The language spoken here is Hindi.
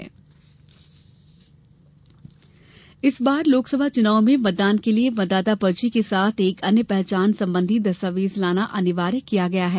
नामांकन इस बार लोकसभा चुनाव में मतदान के लिये मतदाता पर्ची के साथ एक अन्य पहचान संबंधी दस्तावेज लाना अनिवार्य किया गया है